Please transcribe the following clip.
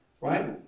right